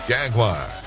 Jaguar